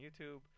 YouTube